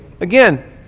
again